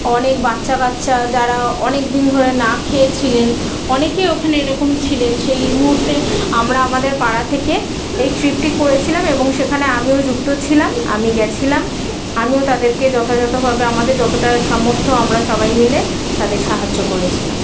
অনেক বাচ্চা কাচ্চা যারা অনেক দিন ধরে না খেয়ে ছিলেন অনেকে ওখানে এরকম ছিলেন সেই মুহূর্তে আমরা আমাদের পাড়া থেকে এই ট্রিপটি করেছিলাম এবং সেখানে আমিও যুক্ত ছিলাম আমি গিয়েছিলাম আমিও তাদেরকে যথাযথভাবে আমাদের যতটা সামর্থ্য আমরা সবাই মিলে তাদের সাহায্য করেছিলাম